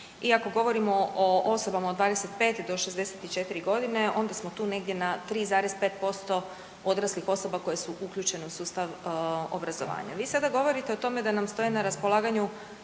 ako govorimo o osobama od 25 do 64.g. onda smo tu negdje na 3,5% odraslih osoba koje su uključene u sustav obrazovanja. Vi sada govorite o tome da nam stoje na raspolaganju